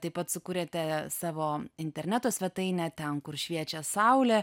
taip pat sukūrėte savo interneto svetainę ten kur šviečia saulė